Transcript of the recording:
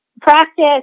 Practice